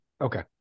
Okay